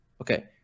Okay